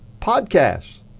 podcasts